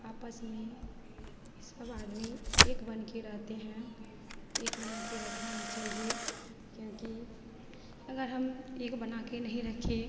आपस में सब आदमी एक बनके रहते हैं एक बनाके रखना ही चहिए क्योंकि अगर हम एक बनाके नहीं रखे